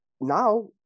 now